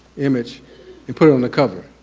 image and put it on the cover.